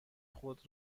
خود